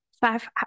five